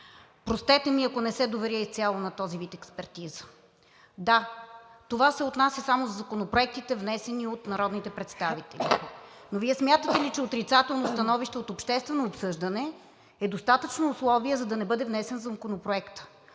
Простете ми, ако не се доверя изцяло на този вид експертиза. Да, това се отнася само за законопроектите, внесени от народните представители. Но Вие смятате ли, че отрицателното становище от обществено обсъждане е достатъчно условие, за да не бъде внесен законопроектът?